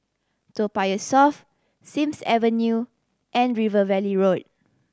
Toa Payoh South Sims Avenue and River Valley Road